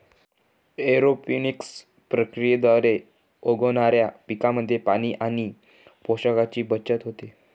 aeroponics प्रक्रियेद्वारे उगवणाऱ्या पिकांमध्ये पाणी आणि पोषकांची बचत होते